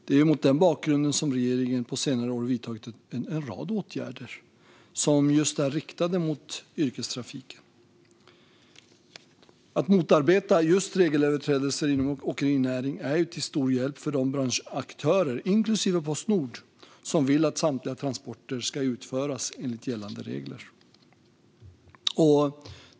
Det är mot den bakgrunden som regeringen på senare år har vidtagit en rad åtgärder som är riktade just mot yrkestrafiken. Att motarbeta regelöverträdelser inom åkerinäringen är till stor hjälp för de branschaktörer, inklusive Postnord, som vill att samtliga transporter ska utföras enligt gällande regler.